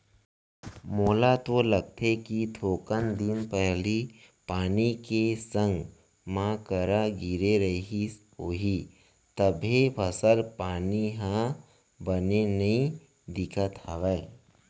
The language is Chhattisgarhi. मोला तो लागथे कि थोकन दिन पहिली पानी के संग मा करा गिरे रहिस होही तभे फसल पानी ह बने नइ दिखत हवय